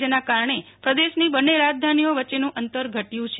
જેના કારણે પ્રદેશની બંને રાજધાનીઓ વચ્ચે અંતર ઘટ્યું છે